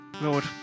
Lord